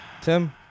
Tim